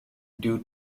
due